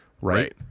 right